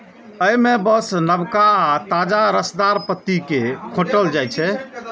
अय मे बस नवका आ ताजा रसदार पत्ती कें खोंटल जाइ छै